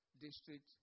District